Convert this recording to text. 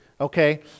okay